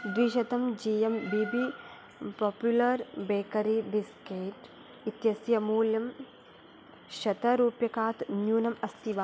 द्विशतं G M B B popular bakery biscuit इतस्य मूल्यं शतरुप्यकात् न्यूनम् अस्ति वा